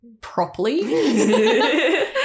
properly